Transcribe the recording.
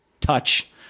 touch